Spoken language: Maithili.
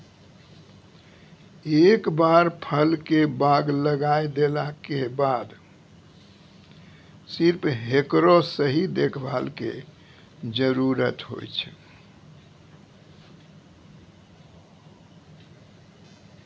एक बार फल के बाग लगाय देला के बाद सिर्फ हेकरो सही देखभाल के जरूरत होय छै